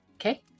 okay